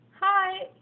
Hi